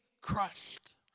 crushed